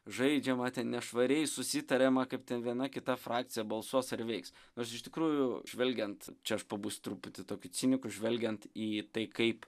žaidžiama nešvariai susitariama kaip viena kita frakcija balsuos ar veiks nors iš tikrųjų žvelgiant čia aš pabūsiu truputį tokiu ciniku žvelgiant į tai kaip